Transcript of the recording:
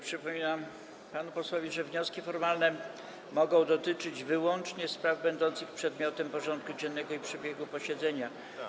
Przypominam panu posłowi, że wnioski formalne mogą dotyczyć wyłącznie spraw będących przedmiotem porządku dziennego i przebiegu posiedzenia.